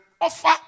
offer